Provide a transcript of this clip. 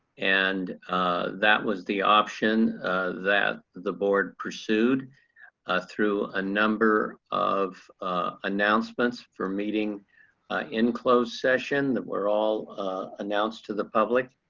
and that was the option that the board pursued through a number of announcements for meeting in closed session that were all announced to the public.